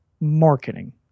Marketing